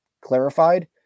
clarified